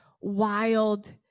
wild